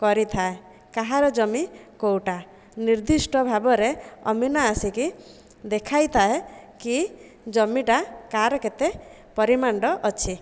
କରିଥାଏ କାହାର ଜମି କୋଉଟା ନିର୍ଦ୍ଧିଷ୍ଟ ଭାବରେ ଅମିନ ଆସିକି ଦେଖାଇଥାଏ କି ଜମି ଟା କାହାର କେତେ ପରିମାଣର ଅଛି